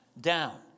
down